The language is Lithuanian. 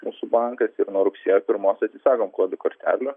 mūsų bankas ir nuo rugsėjo pirmos atsisakom kodų kortelių